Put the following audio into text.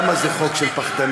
למה זה חוק של פחדנים.